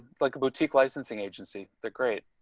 like a boutique licensing agency, the great.